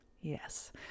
Yes